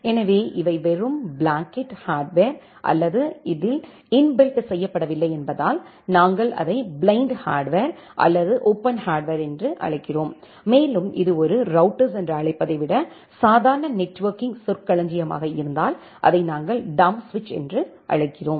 எனவே இவை வெறும் ப்ளாங்கெட் ஹார்ட்வர் அல்லது அதில் இன்பில்ட் செய்யப்படவில்லை என்பதால் நாங்கள் அதை பிளைன்ட் ஹார்ட்வர் அல்லது ஓபன் ஹார்ட்வர் என்று அழைக்கிறோம் மேலும் இது ஒரு ரௌட்டர்ஸ் என்று அழைப்பதை விட சாதாரண நெட்வொர்க்கிங் சொற்களஞ்சியமாக இருந்தால் அதை நாங்கள் டம்ப் சுவிட்ச் என்று அழைக்கிறோம்